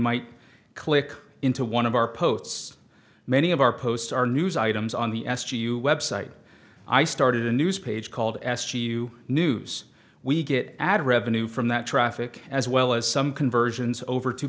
might click into one of our posts many of our posts are news items on the s g you website i started a news page called su news we get ad revenue from that traffic as well as some conversions over t